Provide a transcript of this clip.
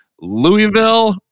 Louisville